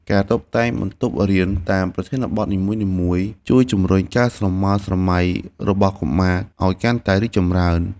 ការតុបតែងបន្ទប់រៀនតាមប្រធានបទនីមួយៗជួយជំរុញការស្រមើស្រមៃរបស់កុមារឱ្យកាន់តែរីកចម្រើន។